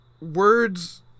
Words